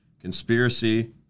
conspiracy